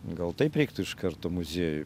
gal taip reiktų iš karto muziejuj